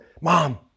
mom